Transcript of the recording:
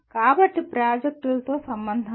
కాబట్టి ప్రాజెక్టులతో సంబంధం లేదు